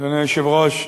אדוני היושב-ראש,